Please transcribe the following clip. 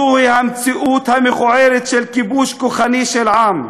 זוהי המציאות המכוערת של כיבוש כוחני של עם.